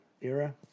era